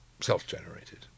self-generated